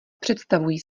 představují